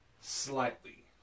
slightly